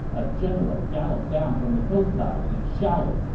a general galloped down from the hillside and shouted,